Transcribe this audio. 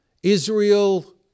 Israel